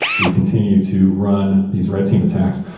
we continue to run these red team attacks.